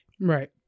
Right